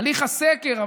הליך הסקר,